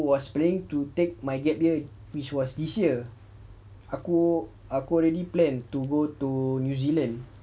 was planning to take my gap year which was this year aku uh already plan to go to new zealand